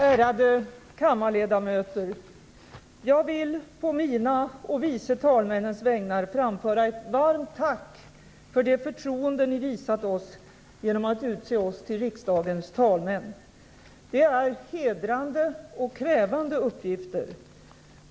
Ärade kammarledamöter! Jag vill på mina och vice talmännens vägnar framföra ett varmt tack för det förtroende ni visat oss genom att utse oss till riksdagens talmän. Det är hedrande och krävande uppgifter.